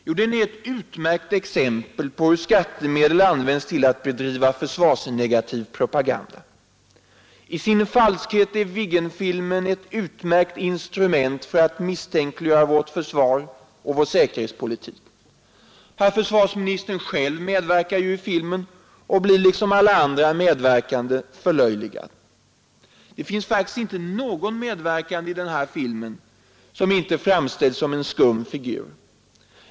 Jo, den är ett utmärkt exempel på hur skattemedel används för att bedriva försvarsnegativ propaganda, I sin falskhet är Viggenfilmen ett utmärkt instrument för att misstänkliggöra vårt försvar och vår säkerhetspolitik. Herr försvarsministern medverkade ju själv i filmen och blir liksom alla andra medverkande förlöjligad. Det finns faktiskt inte någon medverkande i den här filmen som inte framställs som en skum figur.